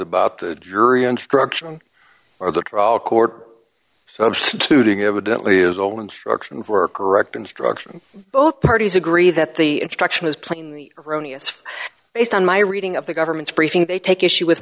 about the jury instruction or the trial court so suiting evidently is all instructions were correct instruction both parties agree that the instruction is playing the iranians for based on my reading of the government's briefing they take issue with